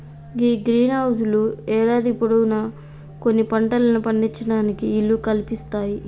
గీ greenhouse లు యేడాది పొడవునా కొన్ని పంటలను పండించటానికి ఈలు కల్పిస్తాయి